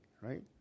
right